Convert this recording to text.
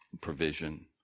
provision